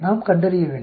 நாம் கண்டறிய வேண்டும்